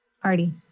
Party